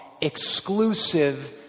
exclusive